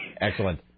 Excellent